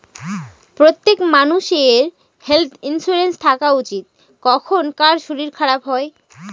প্রত্যেক মানষের health insurance থাকা উচিত, কখন কার শরীর খারাপ হয়